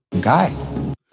guy